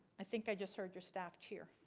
i think i just heard your staff cheer.